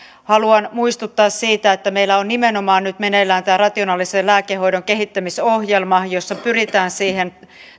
haluan muistuttaa siitä että meillä on nimenomaan nyt meneillään tämä rationaalisen lääkehoidon kehittämisohjelma jossa pyritään siihen